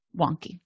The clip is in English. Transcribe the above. wonky